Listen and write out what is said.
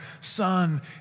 Son